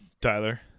Tyler